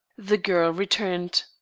the girl returned.